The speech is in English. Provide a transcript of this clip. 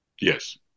Yes